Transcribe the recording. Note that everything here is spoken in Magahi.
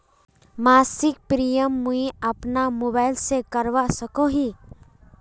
मासिक प्रीमियम मुई अपना मोबाईल से करवा सकोहो ही?